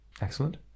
Excellent